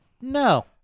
no